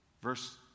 Verse